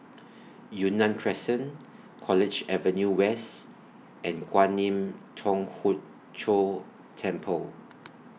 Yunnan Crescent College Avenue West and Kwan Im Thong Hood Cho Temple